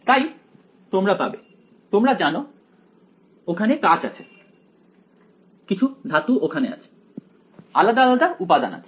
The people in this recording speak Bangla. তাই তোমরা পাবে তোমরা জানো ওখানে কাচ আছে কিছু ধাতু ওখানে আছে আলাদা আলাদা উপাদান আছে